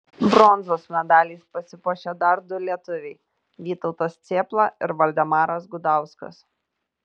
bronzos medaliais pasipuošė dar du lietuviai vytautas cėpla ir valdemaras gudauskas